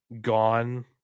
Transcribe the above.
gone